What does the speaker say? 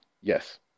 Yes